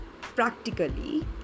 practically